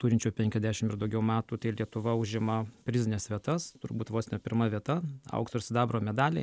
turinčių penkiasdešim ir daugiau metų tai lietuva užima prizines vietas turbūt vos ne pirma vieta aukso ir sidabro medaliai